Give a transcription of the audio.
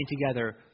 together